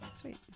Sweet